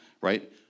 right